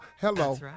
Hello